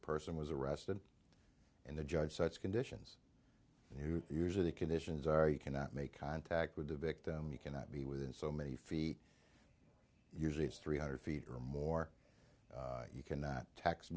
person was arrested and the judge such conditions and who usually the conditions are you cannot make contact with the victim you cannot be within so many feet usually it's three hundred feet or more you cannot text